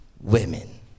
women